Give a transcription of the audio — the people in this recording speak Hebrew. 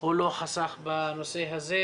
הוא לא חסך בנושא הזה,